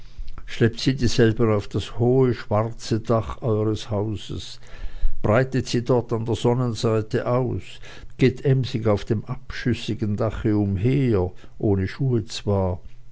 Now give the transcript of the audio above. schleppt sie dieselben auf das hohe schwarze dach eures hauses breitet sie dort an der sonnenseite aus geht emsig auf dem abschüssigen dache umher ohne schuhe zwar